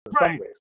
Right